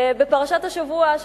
ובפרשת השבוע,